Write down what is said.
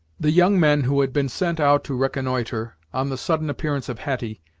the young men who had been sent out to reconnoitre, on the sudden appearance of hetty,